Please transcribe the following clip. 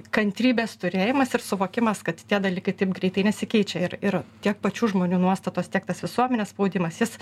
kantrybės turėjimas ir suvokimas kad tie dalykai taip greitai nesikeičia ir ir tiek pačių žmonių nuostatos tiek tas visuomenės spaudimas jis